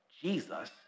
Jesus